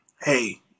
hey